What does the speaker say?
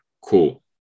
Cool